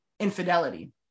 infidelity